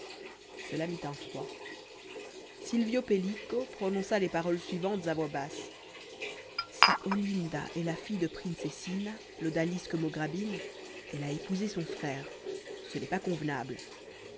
cela mit un froid silvio pellico prononça les paroles suivantes à voix basse si olinda est la fille de princessina l'odalisque maugrabine elle a épousé son frère ce n'est pas convenable